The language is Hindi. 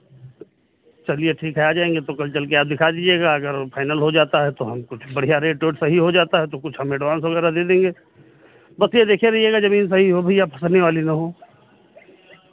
चलिए ठीक है आ जाएँगे तो कल चलके आप दिखा दीजिएगा अगर फाइनल हो जाता है तो हम कुछ बढ़ियाँ रेट ओट सही हो जाता है तो कुछ हम एडवांस वगैरह दे देंगे बस ये देखे रहिएगा ज़मीन सही हो भैया फँसने वाली ना हो